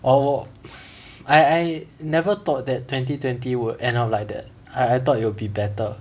oh 我 I never thought that twenty twenty will end up like that I I thought it will be better